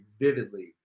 vividly